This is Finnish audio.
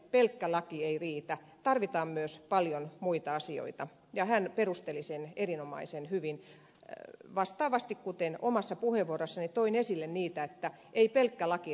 pelkkä laki ei riitä tarvitaan myös paljon muita asioita ja hän perusteli sen erinomaisen hyvin kuten vastaavasti omassa puheenvuorossani toin esille että ei pelkkä laki riitä